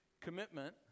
commitment